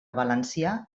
valencià